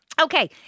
Okay